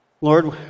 Lord